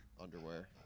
Underwear